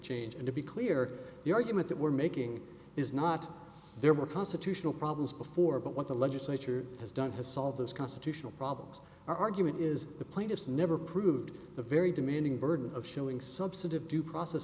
change and to be clear the argument that we're making is not there were constitutional problems before but what the legislature has done to solve those constitutional problems argument is the plaintiffs never proved the very demanding burden of showing substantive due process